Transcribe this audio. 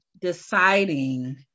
deciding